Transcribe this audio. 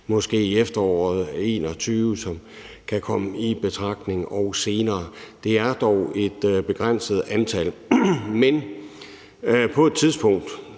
2021 eller senere, som kan komme i betragtning. Det er dog et begrænset antal. Men på et tidspunkt